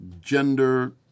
gender